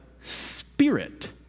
spirit